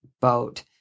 boat